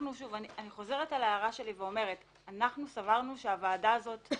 אני חוזרת על ההערה שלי ואומרת שאנחנו סברנו שהוועדה הזאת היא